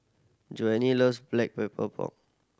Joanie loves Black Pepper Pork